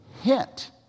hint